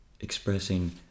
expressing